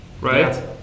right